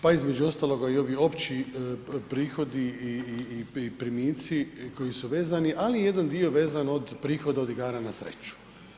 Pa između ostaloga i ovi opći prihodi i primici koji su vezani ali i jedan dio vezan od prihoda od igara na sreću.